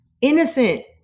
innocent